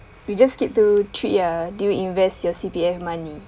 we just skip to three ya do you invest your C_P_F money